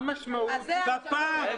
בפח.